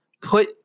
put